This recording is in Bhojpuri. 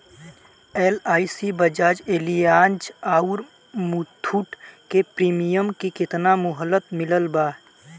एल.आई.सी बजाज एलियान्ज आउर मुथूट के प्रीमियम के केतना मुहलत मिलल बा?